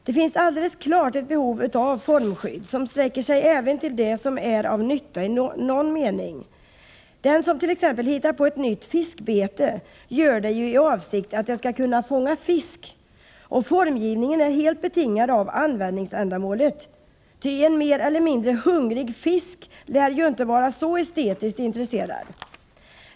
Det finns alldeles klart ett behov av formskydd, som sträcker sig även till det som är av nytta i någon mening. Den som exempelvis hittar på ett nytt fiskbete, gör det ju i avsikt att det skall kunna fånga fisk. Formgivningen är helt betingad av användningsändamålet, ty en mer eller mindre hungrig fisk lär ju inte vara så estetiskt intresserad.